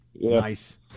Nice